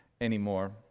anymore